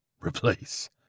Replace